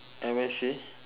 M A C